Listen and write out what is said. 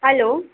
hello